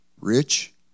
rich